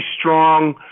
strong